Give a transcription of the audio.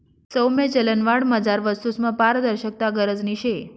सौम्य चलनवाढमझार वस्तूसमा पारदर्शकता गरजनी शे